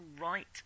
right